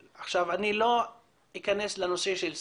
עכשיו, אני לא אכנס לנושא של סימטריה,